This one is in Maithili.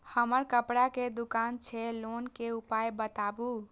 हमर कपड़ा के दुकान छै लोन के उपाय बताबू?